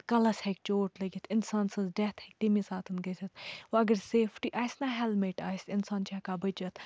کَلَس ہٮ۪کہِ چوٹ لٔگِتھ اِنسان سٕنٛز ڈیٮ۪تھ ہیٚکہِ تمی ساتَن گٔژھِتھ وَ اَگر سیٚفٹی آسہِ نہ ہٮ۪لمِٹ آسہِ اِنسان چھِ ہٮ۪کان بٔچِتھ